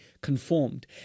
conformed